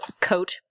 coat